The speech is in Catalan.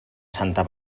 santa